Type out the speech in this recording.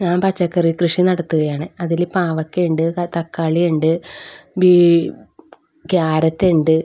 ഞാ പച്ചക്കറി കൃഷി നടത്തുകയാണ് അതില് പാവക്കയുണ്ട് തക്കാളിയുണ്ട് ക്യാരറ്റ് ഉണ്ട്